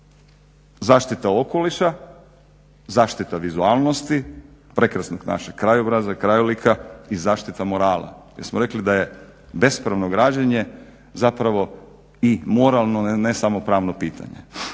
zaštita okoliša, zaštita vizualnosti prekrasnog našeg krajobraza, krajolika i zaštita morala, jer smo rekli da je bespravno građenje zapravo i moralno i ne samo pravno pitanje.